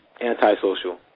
antisocial